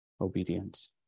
obedience